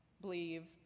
believe